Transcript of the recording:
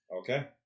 okay